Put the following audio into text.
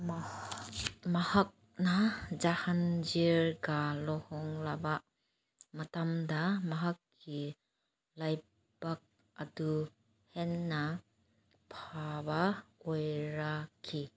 ꯃꯍꯥꯛꯅ ꯖꯥꯍꯥꯟꯖꯤꯔꯒ ꯂꯨꯍꯣꯡꯂꯕ ꯃꯇꯝꯗ ꯃꯍꯥꯛꯀꯤ ꯂꯩꯕꯛ ꯑꯗꯨ ꯍꯦꯟꯅ ꯐꯕ ꯑꯣꯏꯔꯛꯈꯤ